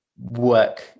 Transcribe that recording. work